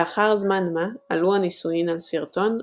לאחר זמן מה עלו הנישואין על שרטון,